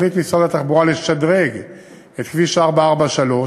החליט משרד התחבורה לשדרג את כביש 443